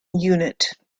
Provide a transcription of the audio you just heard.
unit